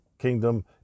kingdom